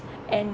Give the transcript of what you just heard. and